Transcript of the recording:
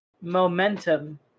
momentum